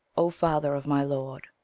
o father of my lord!